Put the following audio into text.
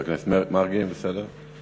חבר הכנסת מרגי, בסדר?